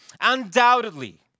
Undoubtedly